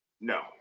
No